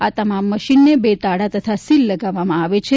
આ તમામ મશીનને બે તાળાં તથા સીલ લગાવવામાં આવે છે